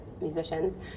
musicians